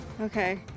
okay